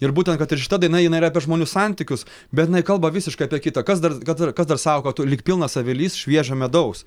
ir būtent kad ir šita daina jinai yra apie žmonių santykius bet jinai kalba visiškai apie kitą kas dar kas dar kas dar sako kad tu lyg pilnas avilys šviežio medaus